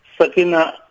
Sakina